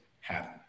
happen